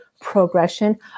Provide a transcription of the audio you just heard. progression